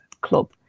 club